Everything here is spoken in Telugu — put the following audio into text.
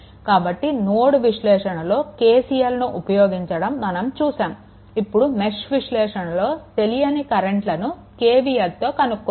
కాబట్టి నోడల్ విశ్లేషణలో KCLను ఉపయోగించడం మనం చూసాము ఇప్పుడు మెష్ విశ్లేషణలో తెలియని కరెంట్లను KVLతో కనుక్కోవాలి